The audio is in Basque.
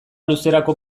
luzerako